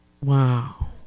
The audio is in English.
Wow